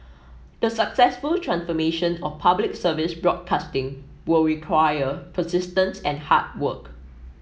the successful transformation of Public Service broadcasting will require persistence and hard work